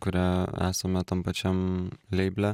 kuria esame tam pačiam leible